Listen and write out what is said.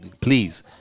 please